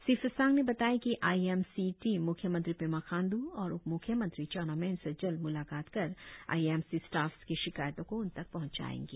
श्री फास्सांग ने बताया की आई एम सी टीम म्ख्य मंत्री पेमा खांड् और उपम्ख्यमंत्री चाऊना मैन से जल्द म्लाकात कर आई एम सी स्टाफ्स की शिकायतो को उनतक पहचाऐंगे